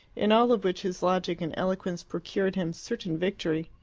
in all of which his logic and eloquence procured him certain victory.